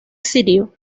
sirio